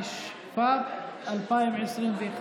התשפ"ב 2021,